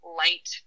light